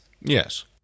Yes